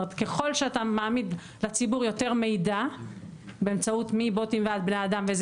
ככל שאתה מעמיד לציבור יותר מידע באמצעות בוטים ועד בני אדם,